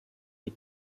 die